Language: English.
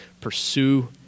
pursue